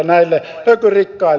tämä on totuus